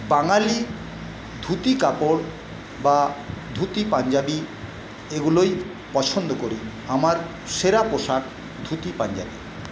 বাঙালির ধুতি কাপড় বা ধুতি পাঞ্জাবি এগুলোই পছন্দ করি আমার সেরা পোশাক ধুতি পাঞ্জাবি